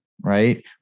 right